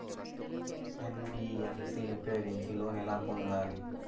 NBFC ఉపయోగించి loan ఎలా పొందాలి?